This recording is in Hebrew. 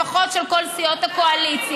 לפחות של כל סיעות הקואליציה.